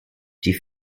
die